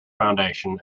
foundation